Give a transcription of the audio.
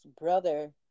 brother